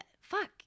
fuck